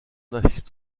assiste